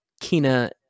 Kina